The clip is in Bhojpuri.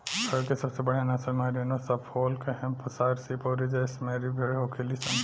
भेड़ के सबसे बढ़ियां नसल मैरिनो, सफोल्क, हैम्पशायर शीप अउरी जैसलमेरी भेड़ होखेली सन